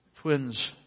Twins